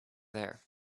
there